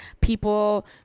people